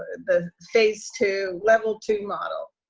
the phase two, level two model.